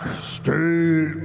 stay